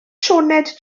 sioned